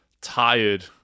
tired